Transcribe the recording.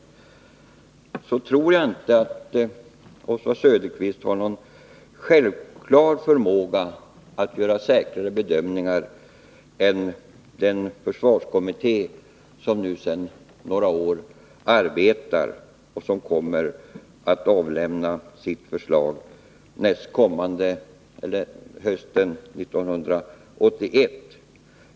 Men jag tror inte att Oswald Söderqvist har någon självklar förmåga att göra säkrare bedömningar än den 22 försvarskommitté som arbetar sedan några år och som kommer att avlämna sitt förslag hösten 1981.